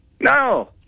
No